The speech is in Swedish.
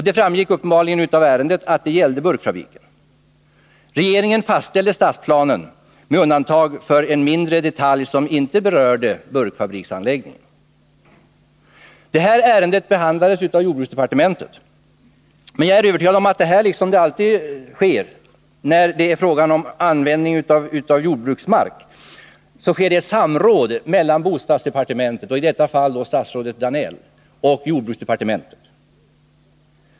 Det framgick uppenbart av ärendet att det gällde burkfabriken. Regeringen fastställde stadsplanen med undantag för en mindre detalj som inte berörde burkfabriksanläggningen. Det ärendet behandlades av bostadsdepartementet, men jag är övertygad om att det då skedde — liksom alltid när det är fråga om användning av jordbruksmark — ett samråd mellan bostadsdepartementet, i detta fall statsrådet Danell, och jordbruksdepartementet.